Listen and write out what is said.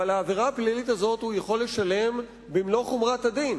ועליה הוא יכול לשלם במלוא חומרת הדין.